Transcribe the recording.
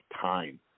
time